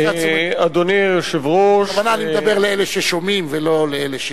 בכוונה אני מדבר לאלה ששומעים ולא לאלה,